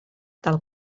del